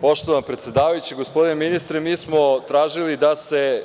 Poštovana predsedavajuća, gospodine ministre, mi smo tražili da se